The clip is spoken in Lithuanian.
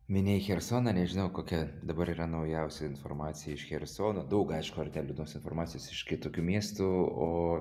minėjai chersoną nežinau kokia dabar yra naujausia informacija iš chersono daug aišku ar ne liūdnos informacijos iš kitokių miestų o